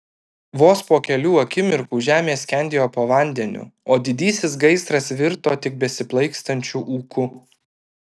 vos po kelių akimirkų žemė skendėjo po vandeniu o didysis gaisras virto tik besiplaikstančiu ūku